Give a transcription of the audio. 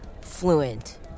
fluent